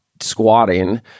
squatting